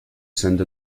send